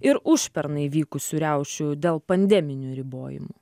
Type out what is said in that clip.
ir užpernai vykusių riaušių dėl pandeminių ribojimų